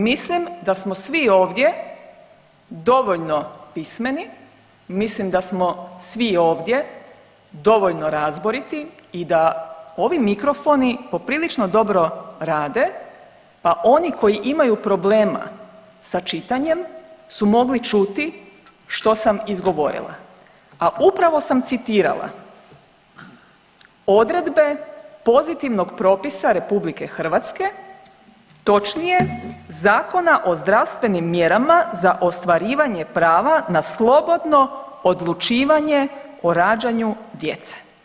Mislim da smo svi ovdje dovoljno pismeni, mislim da smo svi ovdje dovoljno razboriti i da ovi mikrofoni poprilično dobro rade pa oni koji imaju problema sa čitanjem su mogli čuti što sam izgovorila, a upravo sam citirala odredbe pozitivnog propisa RH, točnije Zakona o zdravstvenim mjerama za ostvarivanje prava na slobodno odlučivanje o rađanju djece.